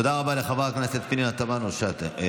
תודה רבה לחברת הכנסת פנינה תמנו שטה.